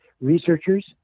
researchers